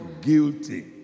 guilty